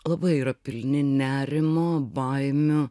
labai yra pilni nerimo baimių